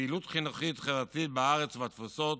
בפעילות חינוכית-חברתית בארץ ובתפוצות.